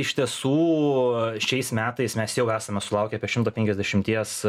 iš tiesų šiais metais mes jau esame sulaukę apie šimto penkiasdešimties